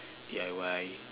D_I_Y